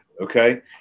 okay